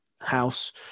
house